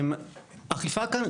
האכיפה כאן,